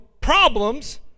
problems